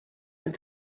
and